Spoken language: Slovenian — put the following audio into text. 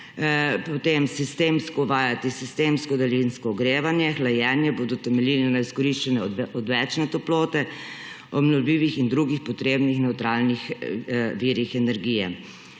potem sistemsko uvajati sistemsko daljinsko ogrevanje, hlajenje – bodo temeljili na izkoriščanju odvečne toplote obnovljivih in drugih potrebnih nevtralnih virih energije.